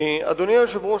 אדוני היושב-ראש,